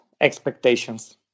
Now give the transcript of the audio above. expectations